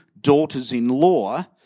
daughters-in-law